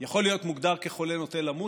יכול להיות מוגדר כחולה נוטה למות.